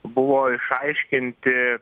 buvo išaiškinti